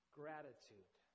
gratitude